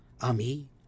Ami